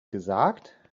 gesagt